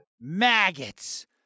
Maggots